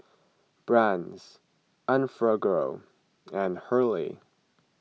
Brand's Enfagrow and Hurley